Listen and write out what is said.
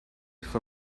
for